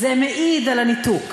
ללא ספק.